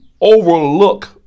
overlook